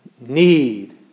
need